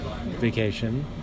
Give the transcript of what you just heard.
vacation